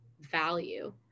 value